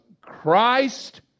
Christ